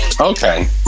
Okay